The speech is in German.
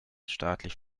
staatlich